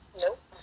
Nope